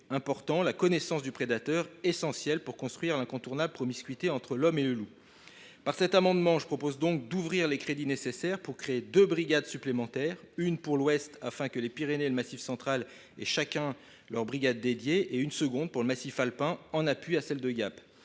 améliorer la connaissance du prédateur, qui est essentielle pour construire l’incontournable promiscuité entre l’homme et le loup. Par cet amendement, je propose d’ouvrir les crédits nécessaires pour créer deux brigades supplémentaires : l’une dans l’ouest du pays, afin que les Pyrénées et le Massif central aient chacun leur brigade ; l’autre dans le massif alpin en appui à celle de Gap.